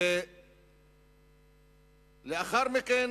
ולאחר מכן